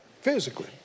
physically